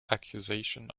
accusations